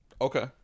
Okay